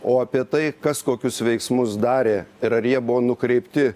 o apie tai kas kokius veiksmus darė ir ar jie buvo nukreipti